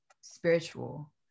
spiritual